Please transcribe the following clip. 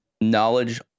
knowledge